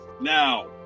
Now